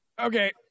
Okay